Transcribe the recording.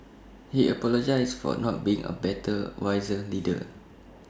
he apologised for not being A better wiser leader